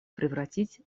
превратить